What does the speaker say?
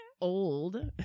old